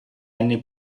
anni